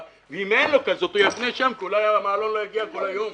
ואם אין לו כזאת הוא יחנה שם כי אולי המעלון לא יגיע בכל היום.